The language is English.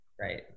right